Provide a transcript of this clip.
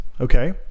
Okay